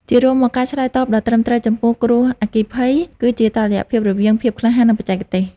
ជារួមមក ការឆ្លើយតបដ៏ត្រឹមត្រូវចំពោះគ្រោះអគ្គីភ័យ គឺជាតុល្យភាពរវាងភាពក្លាហាន និងបច្ចេកទេស។